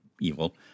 evil